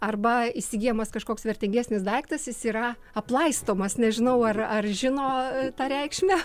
arba įsigyjamas kažkoks vertingesnis daiktas jis yra aplaistomas nežinau ar ar žino tą reikšmę